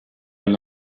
and